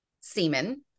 semen